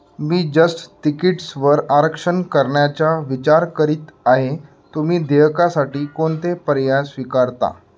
मी just तिकीट्सवर आरक्षण करण्याच्या विचार करीत आहे तुम्ही देयकासाठी कोणते पर्याय स्वीकारता